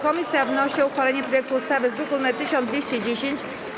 Komisja wnosi o uchwalenie projektu ustawy z druku nr 1210.